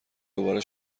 دوباره